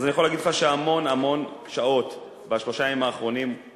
אז אני יכול להגיד לך שהמון-המון שעות בשלושה הימים האחרונים מושקעות